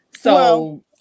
So-